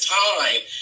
time